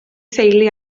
theulu